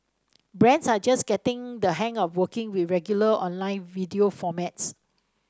brands are just getting the hang of working with regular online video formats